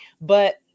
but-